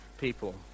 people